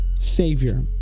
Savior